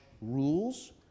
rules